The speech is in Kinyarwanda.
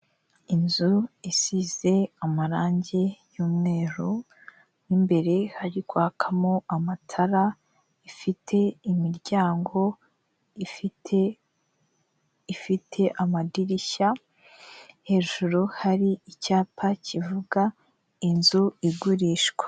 Inzu isize amarangi y'umweru n' imbere hari kwakamo amatara, ifite imiryango, ifite amadirishya hejuru hari icyapa kivuga "inzu igurishwa".